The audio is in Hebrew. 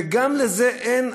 וגם לזה אין?